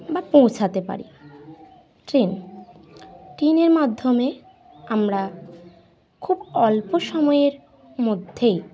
বা পৌঁছাতে পারি ট্রেন ট্রেনের মাধ্যমে আমরা খুব অল্প সময়ের মধ্যেই